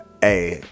hey